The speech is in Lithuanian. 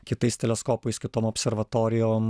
kitais teleskopais kitom observatorijom